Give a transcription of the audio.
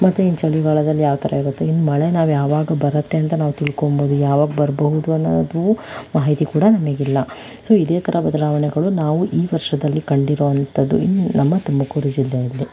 ಮತ್ತೆ ಇನ್ನು ಚಳಿಗಾಲದಲ್ಲಿ ಯಾವ ಥರ ಇರುತ್ತೆ ಇನ್ನು ಮಳೆ ನಾವು ಯಾವಾಗ ಬರುತ್ತೆ ಅಂತ ನಾವು ತಿಳ್ಕೋಬೋದು ಯಾವಾಗ ಬರ್ಬಹುದು ಅನ್ನೋದು ಮಾಹಿತಿ ಕೂಡ ನಮಗಿಲ್ಲ ಸೊ ಇದೇ ಥರ ಬದಲಾವಣೆಗಳು ನಾವು ಈ ವರ್ಷದಲ್ಲಿ ಕಂಡಿರುವಂಥದ್ದು ಇದು ನಮ್ಮ ತುಮಕೂರು ಜಿಲ್ಲೆಯಲ್ಲಿ